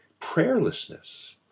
prayerlessness